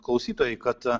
klausytojai kad